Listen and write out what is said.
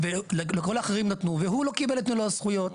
ולכל האחרים נתנו והוא לא קיבל את מלוא הזכויות.